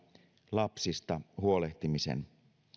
lapsista huolehtimisen